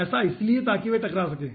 ऐसा इसलिए ताकि वे टकरा सकें